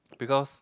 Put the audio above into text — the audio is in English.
because